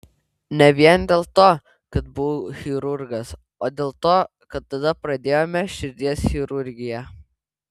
ne vien dėl to kad buvau chirurgas o dėl to kad tada pradėjome širdies chirurgiją